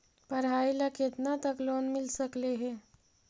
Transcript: पढाई ल केतना तक लोन मिल सकले हे?